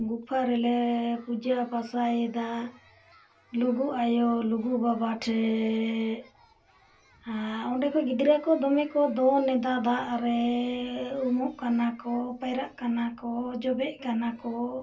ᱜᱩᱯᱷᱟ ᱨᱮᱞᱮ ᱯᱩᱡᱟᱹ ᱯᱟᱥᱟᱭᱮᱫᱟ ᱞᱩᱜᱩ ᱟᱭᱳ ᱞᱩᱜᱩ ᱵᱟᱵᱟ ᱴᱷᱮᱱ ᱚᱸᱰᱮ ᱠᱷᱚᱱ ᱜᱤᱫᱽᱨᱟᱹ ᱠᱚ ᱫᱚᱢᱮ ᱠᱚ ᱫᱚᱱ ᱮᱫᱟ ᱫᱟᱜ ᱨᱮ ᱩᱢᱚᱜ ᱠᱟᱱᱟ ᱠᱚ ᱯᱟᱭᱨᱟᱜ ᱠᱟᱱᱟ ᱠᱚ ᱡᱚᱵᱮᱫ ᱠᱟᱱᱟ ᱠᱚ